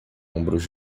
ombros